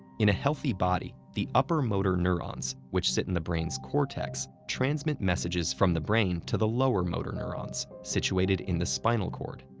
in a healthy body, the upper motor neurons, which sit in the brain's cortex, transmit messages from the brain to the lower motor neurons, situated in the spinal cord.